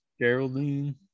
Geraldine